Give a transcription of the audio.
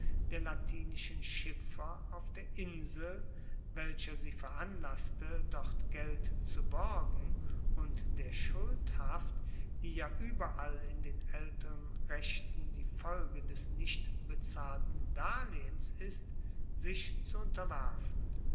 der latinischen schiffer auf der insel welcher sie veranlasste dort geld zu borgen und der schuldhaft die ja ueberall in den aelteren rechten die folge des nicht bezahlten darlehens ist sich zu unterwerfen